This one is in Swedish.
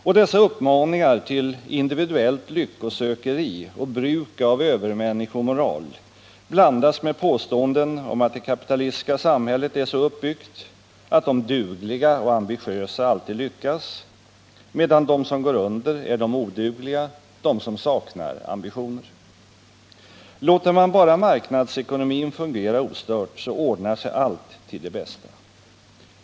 Och dessa uppmaningar till individuellt lyckosökeri och bruk av övermänniskomoral blandas med påståenden om att det kapitalistiska samhället är så uppbyggt att de dugliga och ambitiösa alltid lyckas, medan de som går under är de odugliga, de som saknar ambitioner. Låter man bara marknadsekonomin fungera ostört, så ordnar sig allt till det bästa.